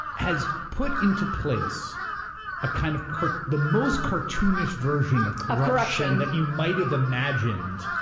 has put into place ah kind of the most cartoonish version of corruption that you might have imagined.